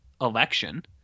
election